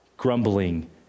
grumbling